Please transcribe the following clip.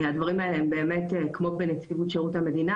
הדברים האלה הם באמת כמו בנציבות שירות המדינה,